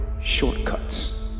shortcuts